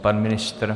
Pan ministr?